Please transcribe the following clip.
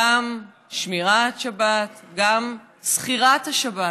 גם שמירת שבת וגם זכירת השבת.